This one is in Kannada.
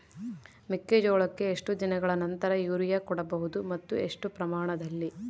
ಮೆಕ್ಕೆಜೋಳಕ್ಕೆ ಎಷ್ಟು ದಿನಗಳ ನಂತರ ಯೂರಿಯಾ ಕೊಡಬಹುದು ಮತ್ತು ಎಷ್ಟು ಪ್ರಮಾಣದಲ್ಲಿ?